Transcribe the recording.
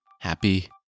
Happy